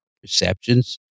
perceptions